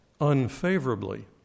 unfavorably